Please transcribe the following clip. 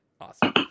Awesome